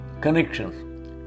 connections